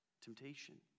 temptation